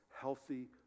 healthy